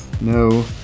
no